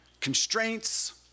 constraints